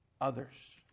others